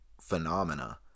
phenomena